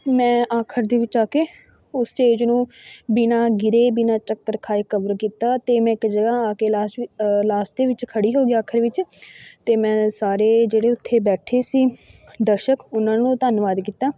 ਮੈਂ ਅਖ਼ੀਰ ਦੇ ਵਿੱਚ ਆ ਕੇ ਉਹ ਸਟੇਜ ਨੂੰ ਬਿਨਾਂ ਗਿਰੇ ਬਿਨਾਂ ਚੱਕਰ ਖਾਏ ਕਵਰ ਕੀਤਾ ਅਤੇ ਮੈਂ ਇੱਕ ਜਗ੍ਹਾ ਆ ਕੇ ਲਾਸਟ ਵੀ ਲਾਸਟ ਦੇ ਵਿੱਚ ਖੜ੍ਹੀ ਹੋ ਗਈ ਅਖ਼ੀਰ ਵਿੱਚ ਅਤੇ ਮੈਂ ਸਾਰੇ ਜਿਹੜੇ ਉੱਥੇ ਬੈਠੇ ਸੀ ਦਰਸ਼ਕ ਉਹਨਾਂ ਨੂੰ ਧੰਨਵਾਦ ਕੀਤਾ